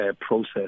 process